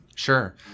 Sure